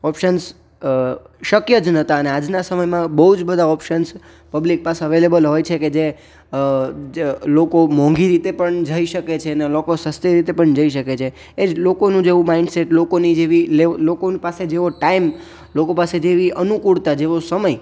option શક્ય જ નહોતાં અને આજના સમયમાં બહુ જ બધાં ઓપ્શન પબ્લિક પાસે અવેલેબલ હોય છે કે જે લોકો મોંઘી રીતે પણ જઈ શકે છે અને લોકો સસ્તી રીતે પણ જઈ શકે છે એ જ લોકોનું જેવું માઈન્ડ સેટ લોકોની જેવી લોકો પાસે જેવો ટાઈમ લોકો પાસે જેવી અનુકૂળતા જેવો સમય